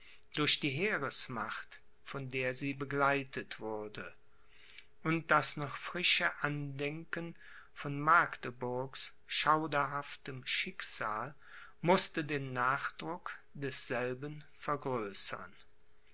durch die heeresmacht von der sie begleitet wurde und das noch frische andenken von magdeburgs schauderhaftem schicksal mußte den nachdruck desselben vergrößern